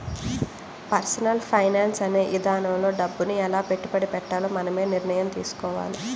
personal finance అనే ఇదానంలో డబ్బుని ఎలా పెట్టుబడి పెట్టాలో మనమే నిర్ణయం తీసుకోవాలి